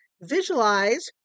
visualize